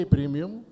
Premium